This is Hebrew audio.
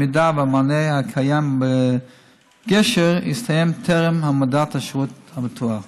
אם המענה הקיים בגשר יסתיים טרם העמדת השירות המתואר.